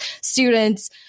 students